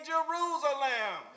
Jerusalem